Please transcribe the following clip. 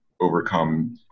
overcome